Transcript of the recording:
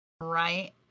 right